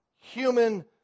human